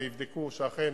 ויבדקו שאכן